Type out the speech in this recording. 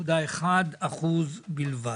ב-5.1% בלבד.